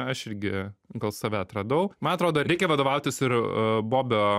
aš irgi gal save atradau man atrodo reikia vadovautis ir bobio